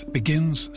begins